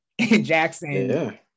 Jackson